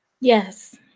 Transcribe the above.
Yes